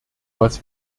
was